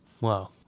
Wow